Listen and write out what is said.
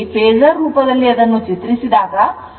phasor ರೂಪದಲ್ಲಿ ಅದನ್ನು ಚಿತ್ರಿಸಿದಾಗ ಅದು ಈ ರೀತಿಯಾಗಿರುತ್ತದೆ